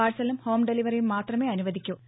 പാഴ്സലും ഹോംഡെലിവറിയും മാത്രമേ അനുവദിക്കു